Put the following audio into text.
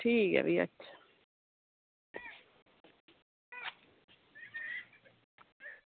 ठीक ऐ भी अच्छा